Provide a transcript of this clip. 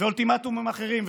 ואולטימטומים אחרים.